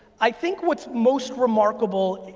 i think what's most remarkable,